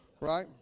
Right